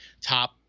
top